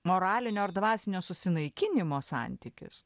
moralinio ar dvasinio susinaikinimo santykis